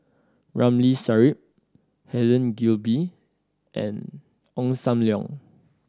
Ramli Sarip Helen Gilbey and Ong Sam Leong